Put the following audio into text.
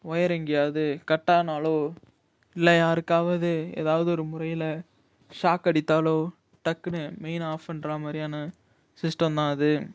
wire எங்கேயாவது cut ஆனாலோ இல்லை யாருக்காவது ஏதாவது ஒரு முறையில் ஷாக் அடித்தாலோ டக்குன்னு மெயினை ஆஃப் பண்ணுறா மாதிரியான சிஸ்டம் தான் அது